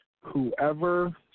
Whoever